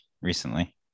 recently